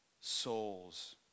souls